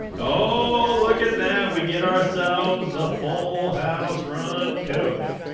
oh look at that we get ourselves the full house run coach